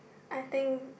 I think